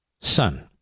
son